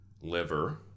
liver